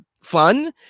fun